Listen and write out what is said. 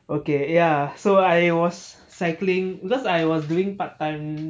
okay ya so I was cycling because I was doing part time